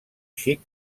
xic